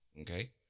Okay